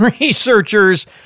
Researchers